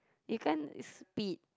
you can't speed